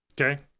Okay